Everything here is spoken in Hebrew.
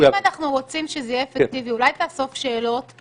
אם אנחנו רוצים שזה יהיה אפקטיבי אולי תאסוף שאלות?